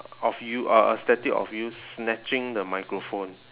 of you uh a statue of you snatching the microphone